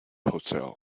hotel